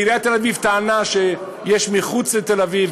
עיריית תל-אביב טענה שיש כאלה מחוץ לתל-אביב,